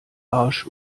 arsch